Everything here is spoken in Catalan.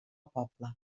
poble